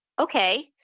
Okay